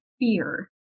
fear